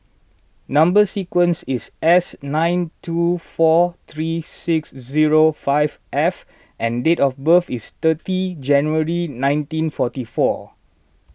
Number Sequence is S nine two four three six zero five F and date of birth is thirty January nineteen forty four